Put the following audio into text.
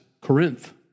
Corinth